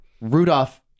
Rudolph